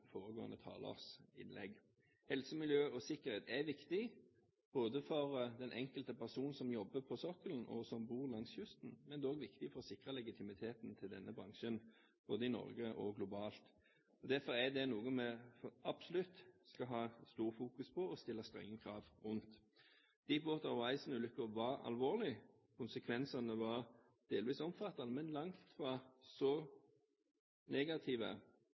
foregående talers innlegg. Helse, miljø og sikkerhet er viktig både for den enkelte person som jobber på sokkelen, og for dem som bor langs kysten, men det er også viktig for å sikre legitimiteten til denne bransjen, både i Norge og globalt. Derfor er det noe vi absolutt skal ha stort fokus på og stille strenge krav rundt. «Deepwater Horizon»-ulykken var alvorlig, og konsekvensene var delvis omfattende, men langt fra så negative